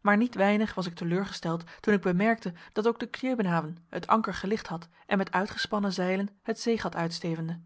maar niet weinig was ik teleurgesteld toen ik bemerkte dat ook de kjöbenhavn het anker gelicht had en met uitgespannen zeilen het zeegat uitstevende